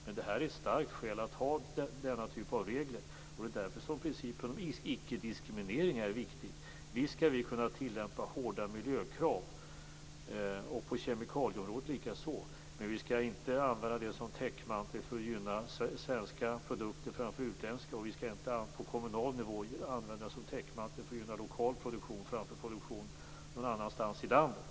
Men detta är ett starkt skäl att ha denna typ av regler. Det är därför principen om ickediskriminering är viktig. Visst skall vi kunna tillämpa hårda miljökrav, bl.a. på kemikalieområdet. Men vi skall inte använda det som täckmantel för att gynna svenska produkter framför utländska, och vi skall inte använda det som täckmantel för att gynna lokal produktion framför produktion någon annanstans i landet.